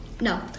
No